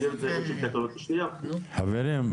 חברים,